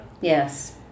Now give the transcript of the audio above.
Yes